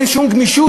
אין שום גמישות.